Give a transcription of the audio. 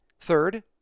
Third